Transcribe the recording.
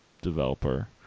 developer